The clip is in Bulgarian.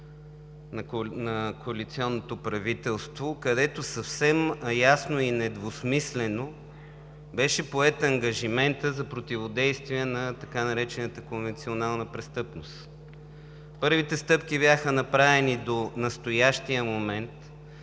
на коалиционното правителство, където съвсем ясно и недвусмислено беше поет ангажиментът за противодействие на така наречената конвенционална престъпност. Първите стъпки бяха направени до настоящия момент